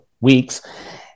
weeks